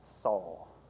Saul